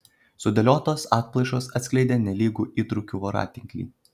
sudėliotos atplaišos atskleidė nelygų įtrūkių voratinklį